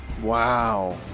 Wow